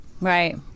Right